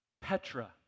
Petra